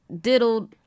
diddled